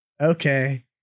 Okay